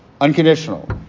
Unconditional